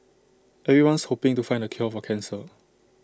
everyone's hoping to find the cure for cancer